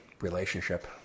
relationship